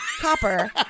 copper